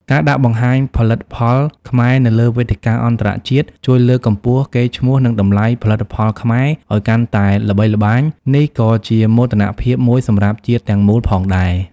ការដាក់បង្ហាញផលិតផលខ្មែរនៅលើវេទិកាអន្តរជាតិជួយលើកកម្ពស់កេរ្តិ៍ឈ្មោះ និងតម្លៃផលិតផលខ្មែរឱ្យកាន់តែល្បីល្បាញ នេះក៏ជាមោទនភាពមួយសម្រាប់ជាតិទាំងមូលផងដែរ។